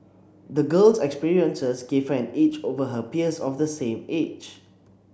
the girl's experiences gave her an edge over her peers of the same age